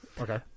Okay